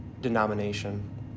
denomination